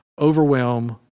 overwhelm